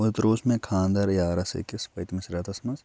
اوترٕ اوس مےٚ خانٛدَر یارَس أکِس پٔتمِس رٮ۪تَس منٛز